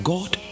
God